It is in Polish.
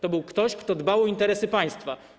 To był ktoś, kto dbał o interesy państwa.